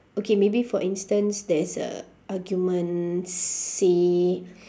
okay maybe for instance there is a argument say